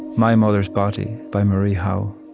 my mother's body by marie howe